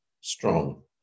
strong